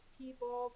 people